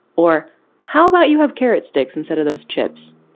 or how about you have carrot sticks instead of those chips?